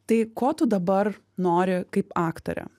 tai ko tu dabar nori kaip aktorė